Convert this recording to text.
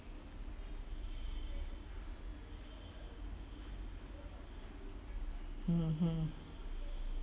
mm mm